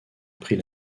prit